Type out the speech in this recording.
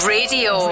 Radio